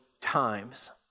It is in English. times